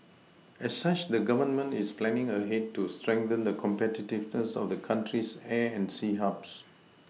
as such the Government is planning ahead to strengthen the competitiveness of the country's air and sea Hubs